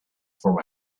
from